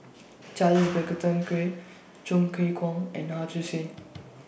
Charles Chong Kee Hiong and